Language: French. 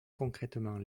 concrètement